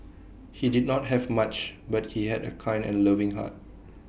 he did not have much but he had A kind and loving heart